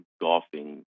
golfing